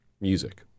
Music